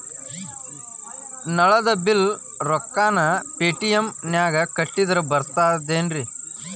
ನಳದ್ ಬಿಲ್ ರೊಕ್ಕನಾ ಪೇಟಿಎಂ ನಾಗ ಕಟ್ಟದ್ರೆ ಬರ್ತಾದೇನ್ರಿ?